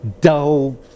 dull